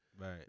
right